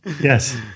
Yes